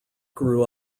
grew